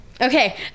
okay